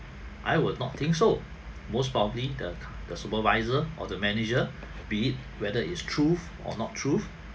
I will not think so most probably the the supervisor or the manager be it whether is truth or not truth